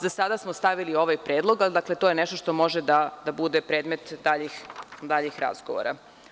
Za sada smo stavili ovaj predlog, ali to je nešto što može da bude predmet daljih razgovora.